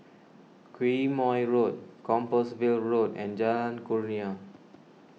Quemoy Road Compassvale Road and Jalan Kurnia